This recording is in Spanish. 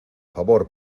favor